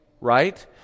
right